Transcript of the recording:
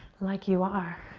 like you are.